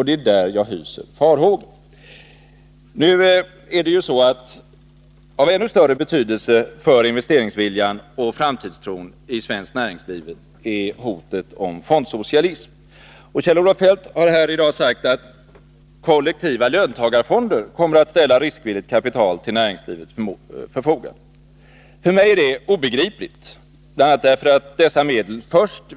Det är på den punkten jag hyser farhågor. Men av ännu större betydelse för investeringsviljan och framtidstron i svenskt näringsliv är hotet om fondsocialism. Kjell-Olof Feldt har i dag sagt att kollektiva löntagarfonder kommer att ställa riskvilligt kapital till näringslivets förfogande. För mig är det obegripligt, bl.a. därför att dessa medel